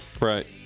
Right